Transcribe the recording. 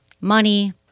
Money